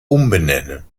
umbenennen